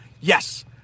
Yes